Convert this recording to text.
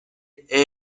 stem